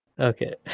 Okay